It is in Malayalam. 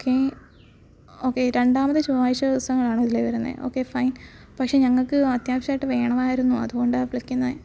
ഓക്കേ ഓക്കേ രണ്ടാമത് ചൊവ്വാഴ്ച്ച ദിവസങ്ങളാണോ ഇതിലേ വരുന്നത് ഓക്കേ ഫൈൻ പക്ഷേ ഞങ്ങൾക്ക് അത്യാവശ്യമായിട്ട് വേണമായിരുന്നു അതുകൊണ്ടാണ് വിളിക്കുന്നത്